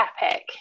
epic